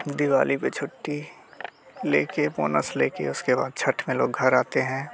दिवाली पे छुट्टी लेके बोनस लेके उसके बाद छठ में लोग घर आते हैं